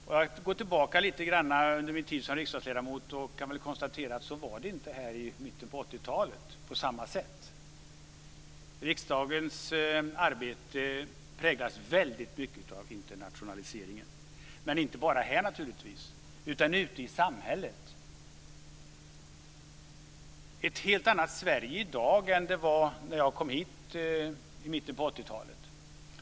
Om jag går tillbaka i min tid som riksdagsledamot kan jag konstatera att det inte var på samma sätt i mitten på 80-talet. Riksdagens arbete präglas väldigt mycket av internationaliseringen. Men det är naturligtvis inte bara här, utan också ute i samhället. Det är ett helt annat Sverige i dag än det var när jag kom till riksdagen i mitten på 80-talet.